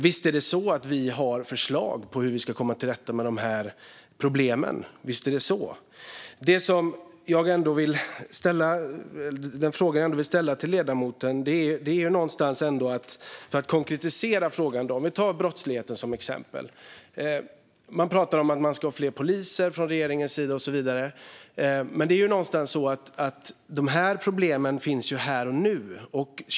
Och visst har vi förslag på hur vi ska komma till rätta med problemen! Jag vill ställa en fråga till ledamoten för att konkretisera det hela. Låt oss ta brottsligheten som exempel. Regeringen pratar om att man ska ha fler poliser och så vidare. Men problemen finns ju här och nu!